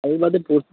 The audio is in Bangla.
কাল বাদে পোর